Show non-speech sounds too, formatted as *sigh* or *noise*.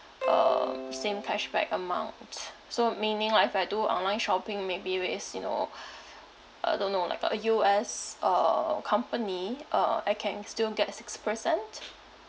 um same cashback amount so meaning like if I do online shopping maybe with you know *breath* I don't know like a U_S uh company uh I can still get the six percent